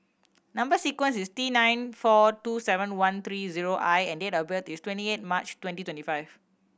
number sequence is T nine four two seven one three zero I and date of birth is twenty eight March twenty twenty five